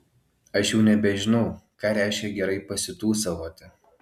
aš jau nebežinau ką reiškia gerai pasitūsavoti